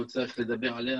לא צריך לדבר עליה,